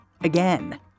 again